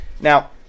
Now